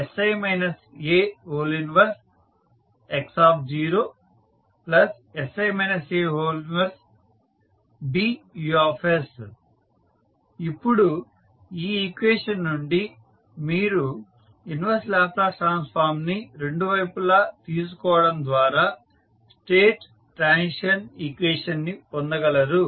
XssI A 1x0 1BUs ఇప్పుడు ఈ equation నుండి మీరు ఇన్వర్స్ లాప్లాస్ ట్రాన్స్ఫార్మ్ ని రెండు వైపులా తీసుకోవడం ద్వారా స్టేట్ ట్రాన్సిషన్ ఈక్వేషన్ ని పొందగలరు